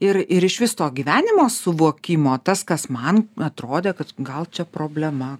ir ir išvis to gyvenimo suvokimo tas kas man atrodė kad gal čia problema